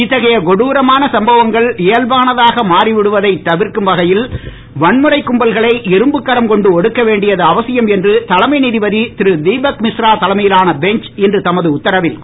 இத்தகைய கொடுரமான சம்பவங்கள் இயல்பானதாக மாறிவிடுவதை தடுக்கும் வகையில் வன்முறை கும்பல்களை இரும்புகரம் கொண்டு ஒடுக்க வேண்டியது அவசியம் என்று தலைமை நீதிபதி திரு தீபக் மிஸ்ரா தலைமையிலான பெஞ்ச் இன்று தமது உத்தரவில் கூறியது